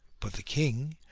but the king,